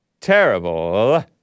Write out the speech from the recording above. Terrible